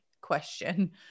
question